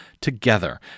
together